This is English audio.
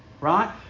right